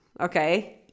okay